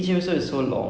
oh